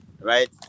right